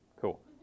Cool